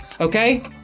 Okay